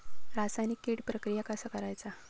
रासायनिक कीड प्रक्रिया कसा करायचा?